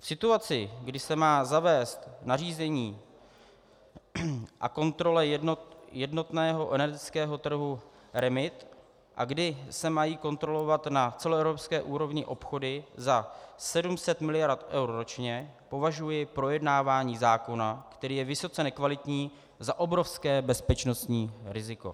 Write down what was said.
V situaci, kdy se má zavést nařízení a kontrola jednotného energetického trhu REMIT a kdy se mají kontrolovat na celoevropské úrovni obchody za 700 mld. eur ročně, považuji projednávání zákona, který je vysoce nekvalitní, za obrovské bezpečnostní riziko.